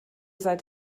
seid